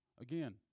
Again